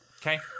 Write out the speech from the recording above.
Okay